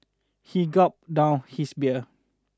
he gulped down his beer